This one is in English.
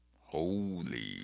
Holy